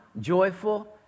joyful